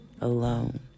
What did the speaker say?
alone